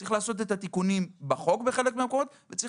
צריך לעשות תיקונים בחוק בחלק מהמקומות וצריך